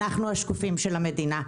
אנחנו השקופים של המדינה.